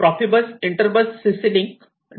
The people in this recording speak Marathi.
Profibus Interbus CC link